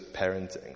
parenting